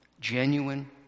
Genuine